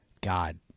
God